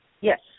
Yes